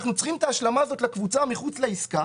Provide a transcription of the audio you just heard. אנחנו צריכים את ההשלמה הזאת לקבוצה מחוץ לעסקה.